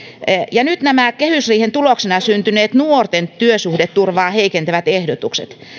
ja nyt nämä kehysriihen tuloksena syntyneet nuorten työsuhdeturvaa heikentävät ehdotukset